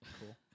Cool